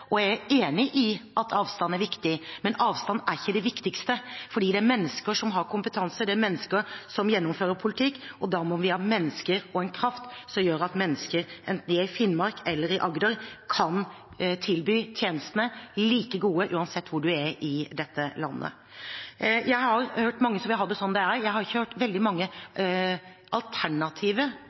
statsbudsjett. Jeg er enig i at avstand er viktig, men avstand er ikke det viktigste, fordi det er mennesker som har kompetanse, det er mennesker som gjennomfører politikk. Da må vi ha mennesker og en kraft som gjør at mennesker, enten de er i Finnmark eller i Agder, kan tilby tjenestene like gode uansett hvor man er i dette landet. Jeg har hørt mange som vil ha det sånn som det er. Jeg har ikke hørt veldig mange